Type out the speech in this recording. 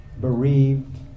bereaved